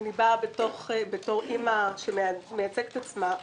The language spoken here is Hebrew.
אני באה בתור אימא שמייצגת את עצמה.